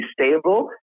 stable